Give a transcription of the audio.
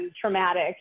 traumatic